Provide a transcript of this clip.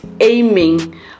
aiming